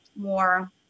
more